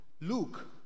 Luke